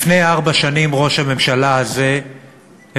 לפני ארבע שנים ראש הממשלה הזה הבטיח